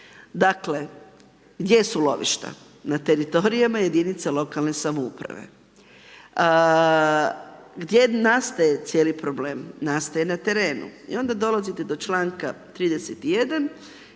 Dakle, gdje su lovišta? Na teritorijama jedinica lokalne samouprave. Gdje nastaje cijeli problem? Nastaje na terenu. I onda dolazite do članka 31.